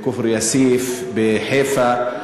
בכפר-יאסיף ובחיפה,